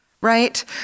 right